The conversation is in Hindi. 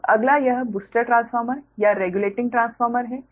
अब अगला यह बूस्टर ट्रांसफार्मर या रेगुलेटिंग ट्रांसफार्मर है